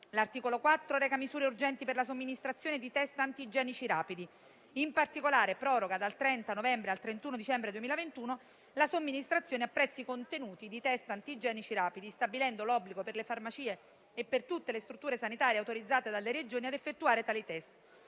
L'articolo 4 reca misure urgenti per la somministrazione di *test* antigenici rapidi. In particolare, proroga dal 30 novembre al 31 dicembre 2021 la somministrazione a prezzi contenuti di test antigenici rapidi, stabilendo l'obbligo, per le farmacie e per tutte le strutture sanitarie autorizzate dalle Regioni ad effettuare tali test,